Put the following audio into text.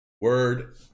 Word